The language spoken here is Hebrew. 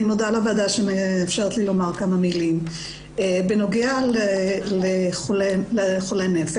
אני מודה לוועדה שמאפשרת לי לומר כמה מילים בנוגע לחולי הנפש,